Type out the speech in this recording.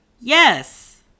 Yes